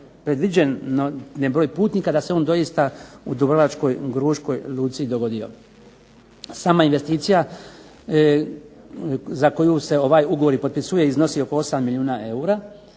predviđen broj putnika, da se on doista u Dubrovačkoj Gruškoj luci dogodio. Sama investicija za koju se ovaj ugovor i potpisuje iznosi oko 8 milijuna eura